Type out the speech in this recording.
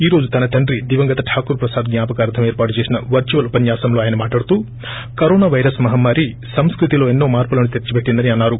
ఈ రోజు తన తండ్రి దివంగత ఠాకూర్ ప్రసాద్ జ్ఞాపకార్లం ఏర్పాటు చేసిన వర్సువల్ ఉపన్యాసంలో అయన మాట్లాడుతూ కరోనా పైరస్ మహమ్మారి సంస్కృతిలో ఎన్నో మార్పులను తెచ్చిపెట్టిందని అన్నారు